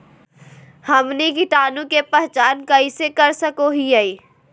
हमनी कीटाणु के पहचान कइसे कर सको हीयइ?